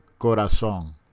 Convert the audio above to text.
Corazón